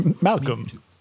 Malcolm